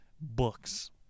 books